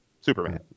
Superman